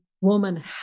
woman